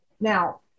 now